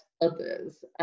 others